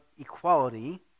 equality